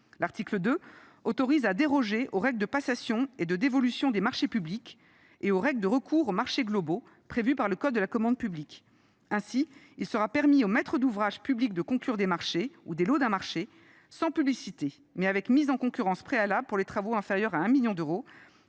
pour objet d’autoriser à déroger aux règles de passation et de dévolution des marchés publics et aux règles de recours aux marchés globaux prévues par le code de la commande publique. Ainsi, il sera permis aux maîtres d’ouvrage publics de conclure des marchés ou des lots d’un marché sans publicité, mais avec mise en concurrence préalable, pour les travaux inférieurs à 1 million d’euros